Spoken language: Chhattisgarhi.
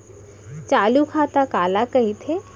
चालू खाता काला कहिथे?